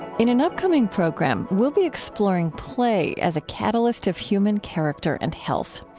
in an upcoming program, we'll be exploring play as a catalyst of human character and health.